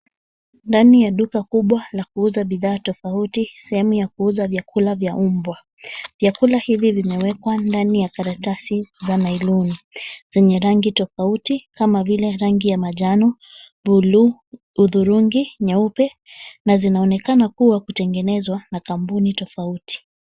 Ndani ya duka kubwa la kuuza bidhaa tofauti, sehemu ya kuuza vyakula vya mbwa. Vyakula hivi vimewekwa ndani ya karatasi za nailoni, zenye rangi tofauti, kama vile rangi ya manjano, buluu, hudhurungi, nyeupe, na zinaonekana kuwa kutengenezwa na kampuni tofauti.